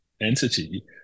entity